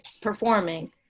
performing